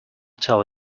tell